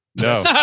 No